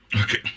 Okay